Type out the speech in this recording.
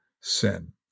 sin